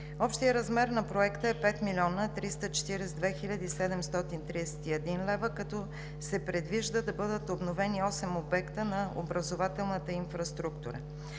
Общият размер на Проекта е 5 млн. 342 хил. 731 лв., като се предвижда да бъдат обновени осем обекта на образователната инфраструктура.